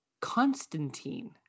Constantine